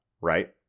right